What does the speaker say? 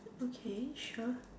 okay sure